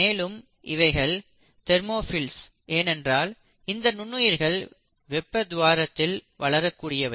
மேலும் இவைகள் தெர்மோஃபில்ஸ் ஏனென்றால் இந்த நுண்ணுயிர்கள் வெப்ப துவாரத்தில் வளரக்கூடியவை